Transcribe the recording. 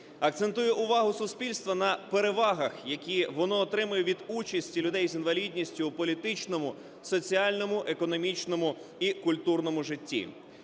акцентує увагу суспільства на перевагах, які воно отримує від участі людей з інвалідністю у політичному, соціальному, економічному і культурному житті.